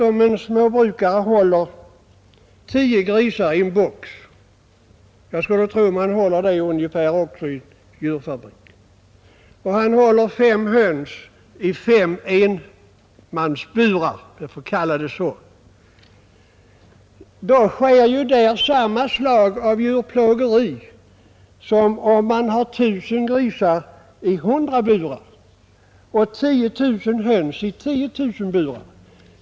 Om en småbrukare håller exempelvis tio grisar i en box — jag skulle tro att det är samma antal som i djurfabrikerna — och fem höns i fem ”enmansburar”, om jag får kalla det så, sker där samma slag av djurplågeri som om man håller 1 000 grisar i 100 burar och 10 000 höns i 10 000 burar?